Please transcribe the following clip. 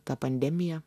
ta pandemija